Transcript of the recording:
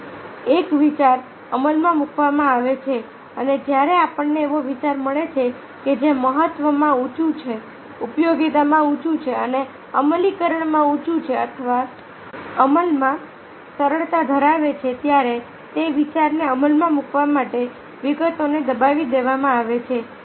તેથી એક વિચાર અમલમાં મુકવામાં આવે છે અને જ્યારે આપણને એવો વિચાર મળે છે કે જે મહત્વમાં ઊંચું છે ઉપયોગીતામાં ઊંચું છે અને અમલીકરણમાં ઊંચું છે અથવા અમલમાં સરળતા ધરાવે છે ત્યારે તે વિચારને અમલમાં મૂકવા માટે વિગતોને દબાવી દેવામાં આવે છે